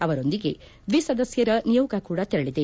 ಅವರೊಂದಿಗೆ ದ್ಲಿಸದಸ್ಯರ ನಿಯೋಗ ಕೂಡ ತೆರಳಿದೆ